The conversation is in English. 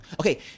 Okay